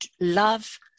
love